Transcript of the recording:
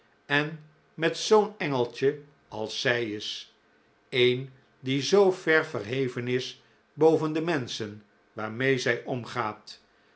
en met zoo'n engeltje als zij is een die zoo ver verheven is boven de menschen waarmee zij omgaat